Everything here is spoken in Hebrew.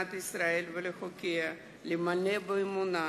למדינת ישראל ולחוקיה, למלא באמונה